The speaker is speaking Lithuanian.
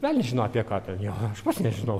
velnias žino apie ką ten jo aš pats nežinau